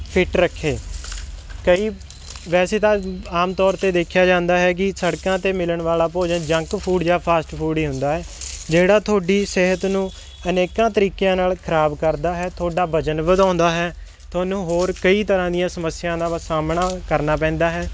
fit ਰੱਖੇ ਕਈ ਵੈਸੇ ਤਾਂ ਆਮ ਤੌਰ 'ਤੇ ਦੇਖਿਆ ਜਾਂਦਾ ਹੈ ਕਿ ਸੜਕਾਂ 'ਤੇ ਮਿਲਣ ਵਾਲਾ ਭੋਜਨ ਜੰਕ ਫੂਡ ਜਾਂ ਫਾਸਟ ਫੂਡ ਹੀ ਹੁੰਦਾ ਹੈ ਜਿਹੜਾ ਤੁਹਾਡੀ ਸਿਹਤ ਨੂੰ ਅਨੇਕਾਂ ਤਰੀਕਿਆਂ ਨਾਲ ਖਰਾਬ ਕਰਦਾ ਹੈ ਤੁਹਾਡਾ ਵਜ਼ਨ ਵਧਾਉਂਦਾ ਹੈ ਤੁਹਾਨੂੰ ਹੋਰ ਕਈ ਤਰ੍ਹਾਂ ਦੀਆਂ ਸਮੱਸਿਆਵਾਂ ਦਾ ਸਾਹਮਣਾ ਕਰਨਾ ਪੈਂਦਾ ਹੈ